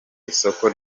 isoko